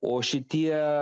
o šitie